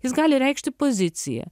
jis gali reikšti poziciją